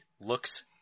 looks